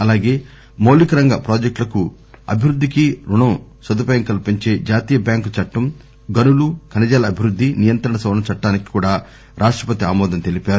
అలాగే మౌలికరంగ ప్రాజెక్టులకు అభివృద్దికి రుణ సదుపాయం కల్పించే జాతీయ బ్యాంకు చట్టం గనులు ఖనిజాల అభివృద్ది నియంత్రణ సవరణ చట్టానికి కూడా రాష్టపతి ఆమోదం తెలిపారు